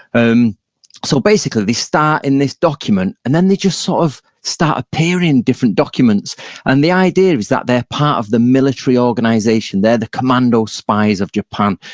um so basically, they start in this document and then they just sort of start appearing in different documents and the idea is that they're part of the military organization. they're the commando spies of japan.